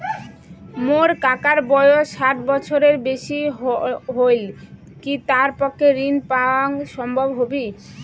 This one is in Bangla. মোর কাকার বয়স ষাট বছরের বেশি হলই কি তার পক্ষে ঋণ পাওয়াং সম্ভব হবি?